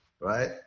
right